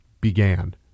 began